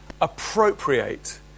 appropriate